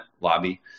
Lobby